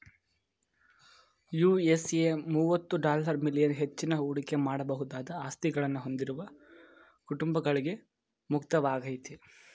USA ಮುವತ್ತು dollar million ಹೆಚ್ಚಿನ ಹೂಡಿಕೆ ಮಾಡಬಹುದಾದ ಆಸ್ತಿಗಳನ್ನ ಹೊಂದಿರುವ ಕುಟುಂಬಗಳ್ಗೆ ಮುಕ್ತವಾಗೈತೆ